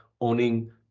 owning